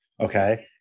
Okay